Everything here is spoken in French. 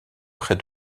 près